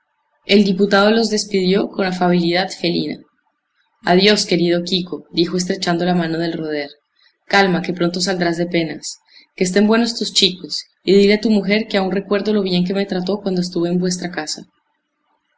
el diputado los despidió con afabilidad felina adiós querido quico dijo estrechando la mano del roder calma que pronto saldrás de penas que estén buenos tus chicos y dile a tu mujer que aún recuerdo lo bien que me trató cuando estuve en vuestra casa